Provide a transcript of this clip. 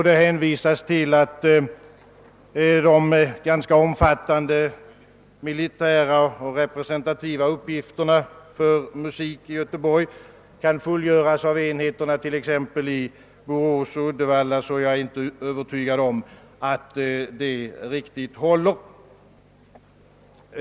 Det hänvisas i sammanhanget till att de ganska omfattande militära representativa uppgifterna för musiken i Göteborg kan fullgöras av enheterna i t.ex. Borås och Uddevalla, men jag är inte helt övertygad om att det talet håller.